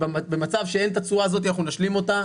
במצב שאין את התשואה הזאת אנחנו נשלים אותה.